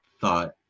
thought